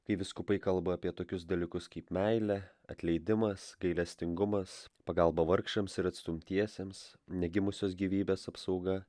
kai vyskupai kalba apie tokius dalykus kaip meilė atleidimas gailestingumas pagalba vargšams ir atstumtiesiems negimusios gyvybės apsauga